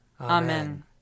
Amen